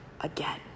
again